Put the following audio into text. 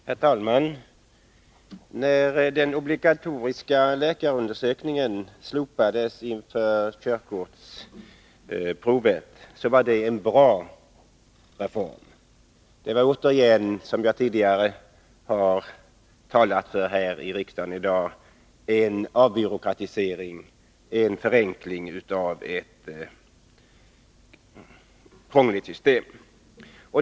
Herr talman! När den obligatoriska läkarundersökningen inför körkortsprovet slopades, var det en bra reform. Det var en avbyråkratisering, en förenkling av ett krångligt system.